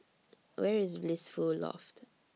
Where IS Blissful Loft